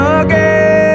again